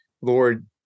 Lord